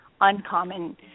uncommon